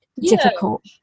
difficult